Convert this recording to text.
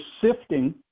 sifting